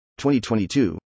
2022